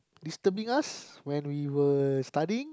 disturbing us when we were studying